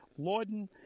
Lawden